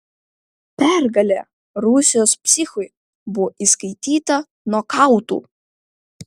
pergalė rusijos psichui buvo įskaityta nokautu